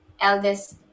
eldest